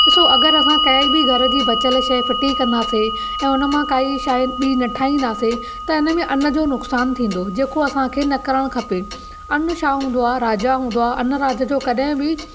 ॾिसो अगरि असां काई बि घर जी बचियल शइ फिटी कंदासे ऐं उन मां काई शइ बि न ठाहींदासीं त हिन में अन जो नुक़सानु थींदो जेको असांखे न करणु खपे अनु छा हूंदो आहे राजा हूंदो आहे अन राजा जो कॾहिं बि